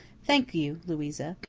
thank you, louisa.